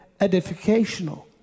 edificational